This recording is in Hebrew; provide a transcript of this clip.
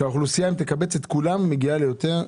כשאם תקבץ את כל האוכלוסייה היא מגיעה ליותר.